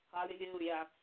Hallelujah